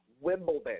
Wimbledon